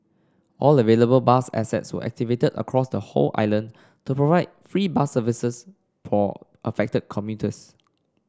all available bus assets were activated across the whole island to provide free bus service for affected commuters